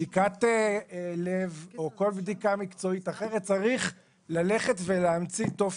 בדיקת לב או כל בדיקה מקצועית אחרת צריך ללכת ולהמציא טופס.